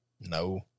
No